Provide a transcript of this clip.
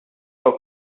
for